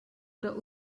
oder